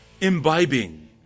imbibing